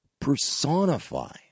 personify